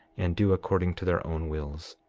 and do according to their own wills